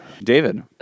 David